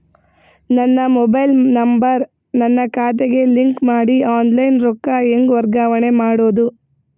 ನನ್ನ mobile number ನನ್ನ ಖಾತೆಗೆ ಲಿಂಕ್ ಮಾಡಿ ಆನ್ಲೈನ್ ರೊಕ್ಕ ಹೆಂಗ ವರ್ಗಾವಣೆ ಮಾಡೋದು?